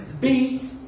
beat